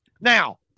Now